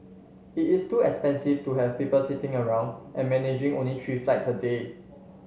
it is too expensive to have people sitting around and managing only three flights a day